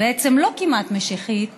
בעצם לא כמעט משיחית